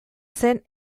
zen